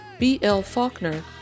blfaulkner